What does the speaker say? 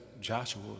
Joshua